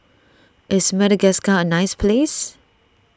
is Madagascar a nice place